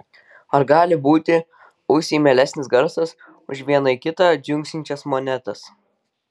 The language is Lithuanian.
ar gali būti ausiai mielesnis garsas už viena į kitą dzingsinčias monetas